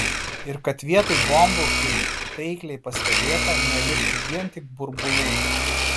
ir kad vietoj bombų kaip taikliai pastebėta neliktų vien tik burbulų